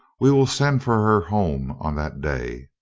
we will send for her home on that day.